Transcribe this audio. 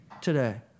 today